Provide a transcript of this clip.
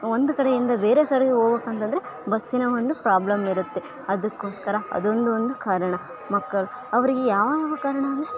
ಒಂದು ಕಡೆಯಿಂದ ಬೇರೆ ಕಡೆ ಹೋಗೋಕೆ ಅಂತಂದರೂ ಬಸ್ಸಿನ ಒಂದು ಪ್ರಾಬ್ಲಮ್ ಇರತ್ತೆ ಅದ್ಕೋಸ್ಕರ ಅದೊಂದು ಒಂದು ಕಾರಣ ಮಕ್ಕಳು ಅವರಿಗೆ ಯಾವ ಯಾವ ಕಾರಣ ಅಂದರೆ